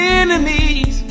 enemies